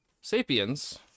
Sapiens